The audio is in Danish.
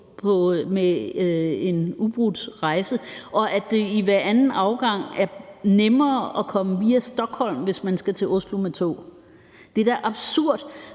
på en ubrudt rejse, og at det i hver anden afgang er nemmere at komme via Stockholm til Oslo med tog. Det er da absurd!